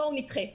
בואו נדחה.